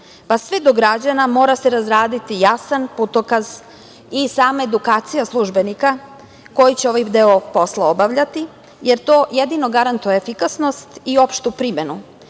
pa sve do građana mora se razraditi jasan putokaz i sama edukacija službenika koji će ovaj deo posla obavljati, jer to jedino garantuje efikasnost i opštu primenu.